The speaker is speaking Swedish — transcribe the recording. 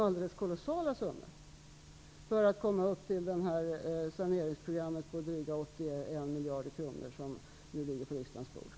Annars klarar man inte det saneringsprogram på dryga 81 miljarder kronor som nu ligger på riksdagens bord.